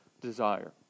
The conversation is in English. desire